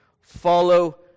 Follow